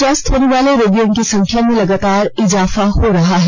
स्वस्थ होनेवाले रोगियों की संख्या में लगातार इजाफा हो रहा है